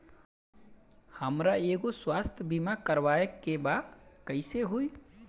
हमरा एगो स्वास्थ्य बीमा करवाए के बा कइसे होई?